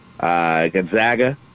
Gonzaga